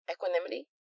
Equanimity